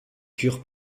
cure